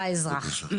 לאזרח.